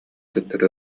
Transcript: төттөрү